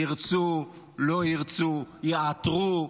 ירצו, לא ירצו, יעתרו,